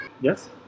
Yes